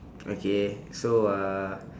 okay so uh